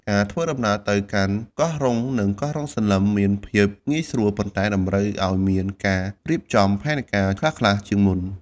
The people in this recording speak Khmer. ការធ្វើដំណើរទៅកាន់កោះរ៉ុង និងកោះរ៉ុងសន្លឹមមានភាពងាយស្រួល ប៉ុន្តែតម្រូវឲ្យមានការរៀបចំផែនការខ្លះៗជាមុន។